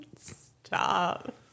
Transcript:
Stop